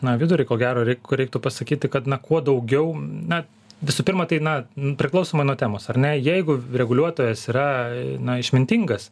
na vidurį ko gero reiktų pasakyti kad na kuo daugiau na visų pirma tai na priklausomai nuo temos ar ne jeigu reguliuotojas yra išmintingas